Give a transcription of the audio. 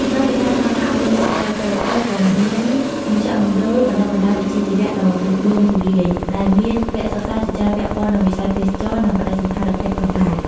ក្រៅពីការផ្តល់ការអប់រំទូទៅ ភីអេសអឺក៏មាន មជ្ឈមណ្ឌលបណ្តុះបណ្តាលវិជ្ជាជីវៈ ដ៏ទូលំទូលាយ ដែលមានវគ្គសិក្សាជាច្រើនពាក់ព័ន្ធនឹងវិស័យទេសចរណ៍ និងបដិសណ្ឋារកិច្ចផងដែរ។